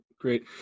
great